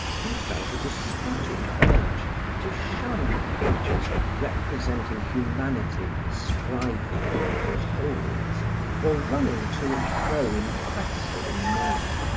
he felt a despotic urge to shun pictures representing humanity striving in little holes or running to and fro in quest of money.